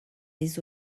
les